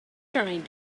trying